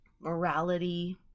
morality